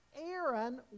Aaron